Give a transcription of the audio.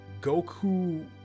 Goku